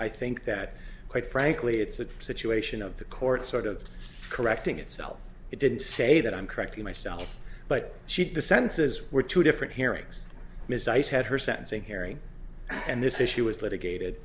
i think that quite frankly it's a situation of the court sort of correcting itself it didn't say that i'm correcting myself but she did the sentences were two different hearings ms ice had her sentencing hearing and this issue was litigated